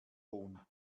hohn